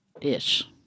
ish